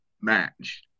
match